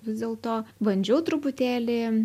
vis dėlto bandžiau truputėlį